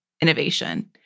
innovation